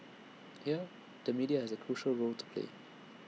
here the media has A crucial role to play